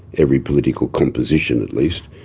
every political composition at least,